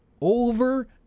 over